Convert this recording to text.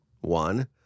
one